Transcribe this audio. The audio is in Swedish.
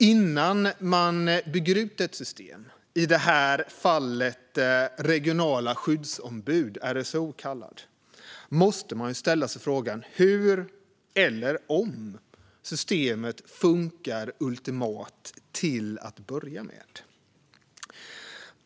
Innan man bygger ut ett system, i det här fallet systemet med regionala skyddsombud, så kallade RSO, måste man ställa sig frågan hur eller om systemet funkar till att börja med.